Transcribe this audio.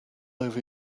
over